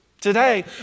Today